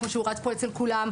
כפי שהוא רץ פה אצל כולם.